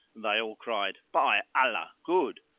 they all cried, by allah, good!